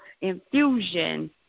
infusion